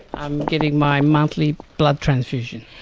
i'm getting my monthly blood transfusion.